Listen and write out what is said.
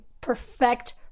perfect